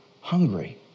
hungry